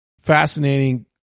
fascinating